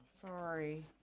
Sorry